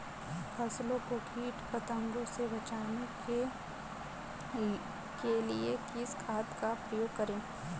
फसलों को कीट पतंगों से बचाने के लिए किस खाद का प्रयोग करें?